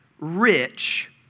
rich